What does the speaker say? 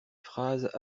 phrases